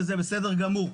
וזה בסדר גמור.